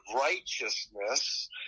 righteousness